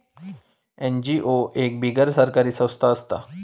NGO एक बिगर सरकारी संस्था असता